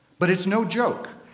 but it's no joke.